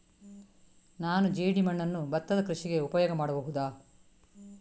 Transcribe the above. ನಾನು ಜೇಡಿಮಣ್ಣನ್ನು ಭತ್ತದ ಕೃಷಿಗೆ ಉಪಯೋಗ ಮಾಡಬಹುದಾ?